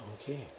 Okay